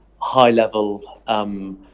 high-level